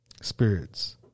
spirits